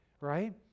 right